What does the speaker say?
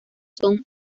sound